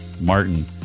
Martin